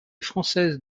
française